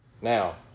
Now